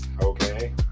Okay